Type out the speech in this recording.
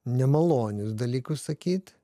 nemalonius dalykus sakyt